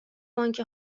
بانک